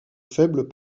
faibles